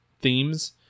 themes